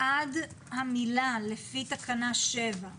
עד המילה "לפי תקנה 7",